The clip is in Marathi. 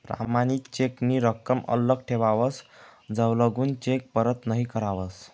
प्रमाणित चेक नी रकम आल्लक ठेवावस जवलगून चेक परत नहीं करावस